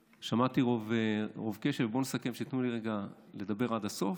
בואו נסכם שתיתנו לי לדבר עד הסוף,